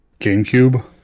GameCube